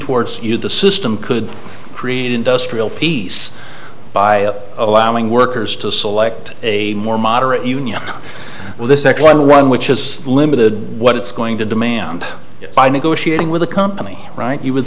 towards you the system could create industrial peace by allowing workers to select a more moderate union well the second one which has limited what it's going to demand by negotiating with the company right you would